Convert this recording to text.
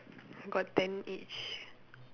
got ten each